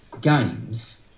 games